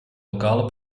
lokale